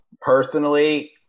personally